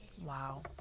Wow